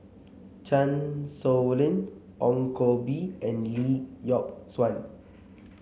Chan Sow Lin Ong Koh Bee and Lee Yock Suan